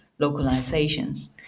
localizations